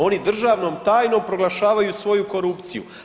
Oni državnom tajnom proglašavaju svoju korupciju.